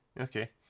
okay